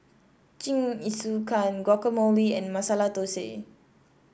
Jingisukan Guacamole and Masala Dosa